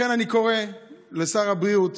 לכן, אני קורא לשר הבריאות